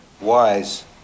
wise